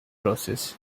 process